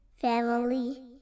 family